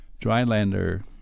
drylander